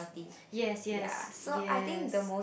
yes yes yes